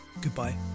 goodbye